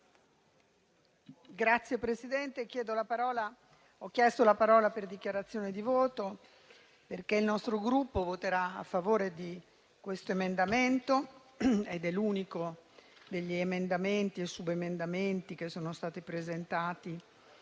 Signor Presidente, ho chiesto la parola per dichiarazione di voto perché il nostro Gruppo voterà a favore di questo emendamento, l'unico tra gli emendamenti e subemendamenti che sono stati presentati